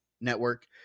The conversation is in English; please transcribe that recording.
network